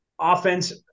Offense